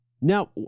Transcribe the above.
now